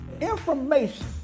Information